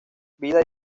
vida